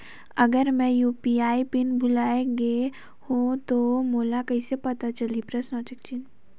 अगर मैं UPI pin भुल गये हो तो मोला कइसे पता चलही?